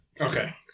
Okay